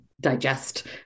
digest